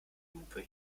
lupe